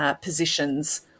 positions